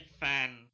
fan